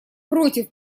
против